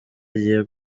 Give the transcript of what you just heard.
agiye